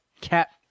cat